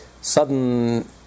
sudden